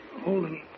holding